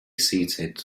seated